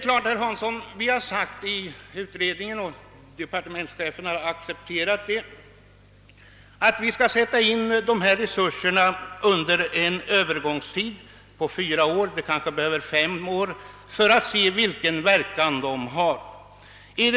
I utred ningen har vi sagt, herr Hansson, och departementschefen har accepterat det, att vi skall sätta in resurserna under en övergångstid på fyra år -— eller det kanske behövs fem år — för att se vilken verkan det kan ha.